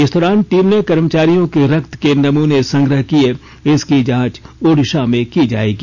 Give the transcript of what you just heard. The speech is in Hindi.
इस दौरान टीम ने कर्मचारियों के रक्त के नमूने संग्रह किये इसकी जांच ओडिशा में की जायेगी